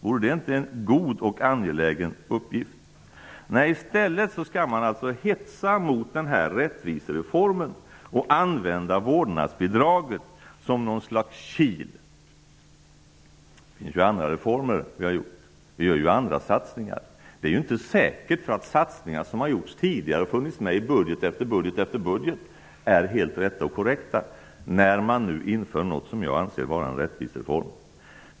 Vore inte detta en god och angelägen uppgift? I stället hetsar man mot den här rättvisereformen och använder vårdnadsbidraget som något slags kil. Vi har ju genomfört andra reformer och satsningar. Det är ju inte helt säkert att tidigare satsningar som har funnits med i budget efter budget heller har varit helt korrekta. Detta säger jag nu när vi har infört något som jag anser vara en rättvisereform.